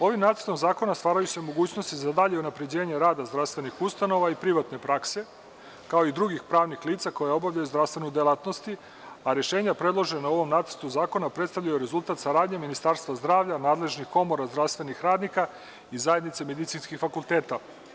Ovim Nacrtom zakona stvaraju se mogućnosti za dalje unapređenje rada zdravstvenih ustanova i privatne prakse kao i drugih pravnih lica koja obavljaju zdravstvenu delatnost, a rešenja predložena u ovom Nacrtu zakona predstavljaju rezultat saradnje Ministarstva zdravlja, nadležnih komora zdravstvenih radnika i zajednice medicinskih fakulteta.